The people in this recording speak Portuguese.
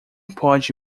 pode